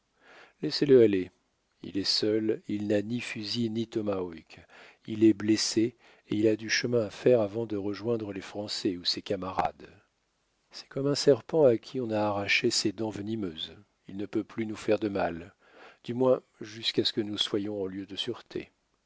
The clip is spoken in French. laissez-le aller il est seul il n'a ni fusil ni tomahawk il est blessé et il a du chemin à faire avant de rejoindre les français ou ses camarades c'est comme un serpent à qui on a arraché ses dents venimeuses il ne peut plus nous faire de mal du moins jusqu'à ce que nous soyons en lieu de sûreté